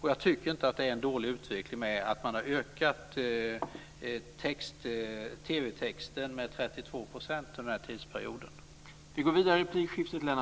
Jag tycker inte att det är en dålig utveckling att man har ökat TV-texten med 32 % under den här tidsperioden.